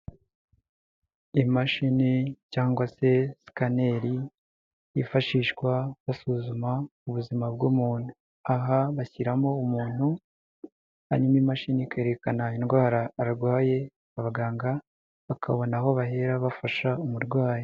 Imashini cyangwa se sikaneri yifashishwa basuzuma ubuzima bw'umuntu, aha bashyiramo umuntu hanyuma imashini ikerekana indwara arwaye, abaganga bakabona aho bahera bafasha umurwayi.